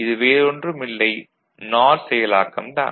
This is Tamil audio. இது வேறொன்றுமில்லை நார் செயலாக்கம் தான்